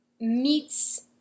meets